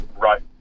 right